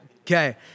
Okay